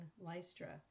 Lystra